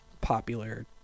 popular